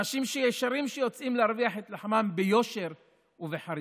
אנשים ישרים שיוצאים להרוויח את לחמם ביושר ובחריצות,